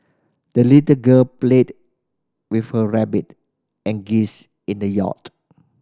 the little girl played with her rabbit and geese in the yard